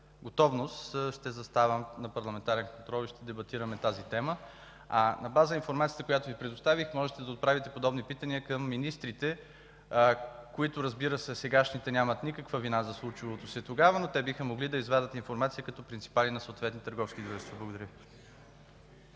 готовност ще заставам на парламентарен контрол да дебатираме тази тема. На база информацията, която Ви предоставих, можете да отправите подобни питания към министрите – разбира се, сегашните нямат никакви вина за случилото се тогава, но те биха могли да извадят информацията като принципали на съответни търговски дружества. Благодаря.